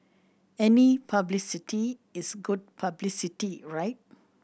any publicity is good publicity right